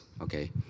okay